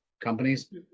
companies